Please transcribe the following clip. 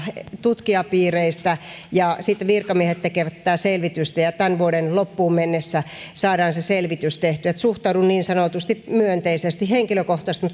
tutkijapiireistä ja sitten virkamiehet tekevät tätä selvitystä ja tämän vuoden loppuun mennessä saadaan se selvitys tehtyä suhtaudun niin sanotusti myönteisesti henkilökohtaisesti